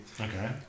Okay